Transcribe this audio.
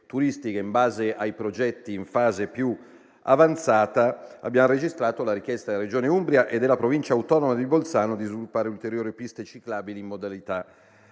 turistiche in base ai progetti in fase più avanzata abbiamo registrato la richiesta della Regione Umbria e della Provincia autonoma di Bolzano di sviluppare ulteriori piste ciclabili intermodali.